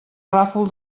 ràfol